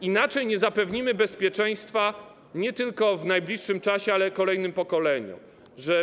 Inaczej nie zapewnimy bezpieczeństwa nie tylko w najbliższym czasie, ale kolejnym pokoleniom.